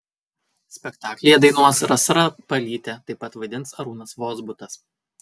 spektaklyje dainuos rasa rapalytė taip pat vaidins arūnas vozbutas